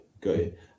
Good